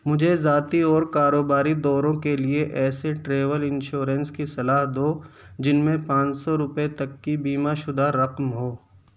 مجھے ذاتی اور کاروباری دوروں کے لیے ایسے ٹریول انشورینس کی صلاح دو جن میں پانچ سو روپئے تک کی بیمہ شدہ رقم ہو